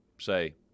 say